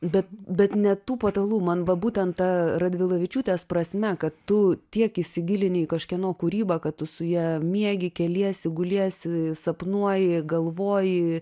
bet bet ne tų patalų mat va būtent ta radvilavičiūtės prasme kad tu tiek įsigilini į kažkieno kūrybą kad tu su ja miegi keliesi guliesi sapnuoji galvoji